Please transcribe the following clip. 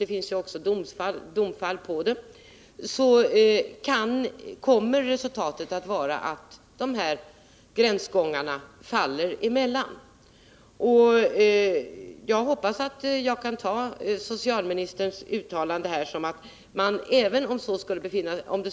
Det vore naivt att tro att patrullbåtarna i fråga i ett av världens just nu mest strategiska områden, och där förtrycket av den inhemska befolkningen är stort, skulle användas enbart för civila ändamål.